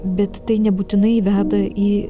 bet tai nebūtinai veda į